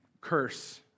curse